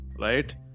right